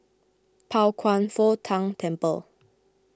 Pao Kwan Foh Tang Temple